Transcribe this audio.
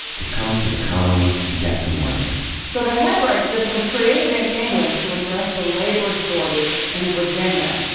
to come to the colonies and get some land. so the headright system, created in england to address the labor shortage in virginia,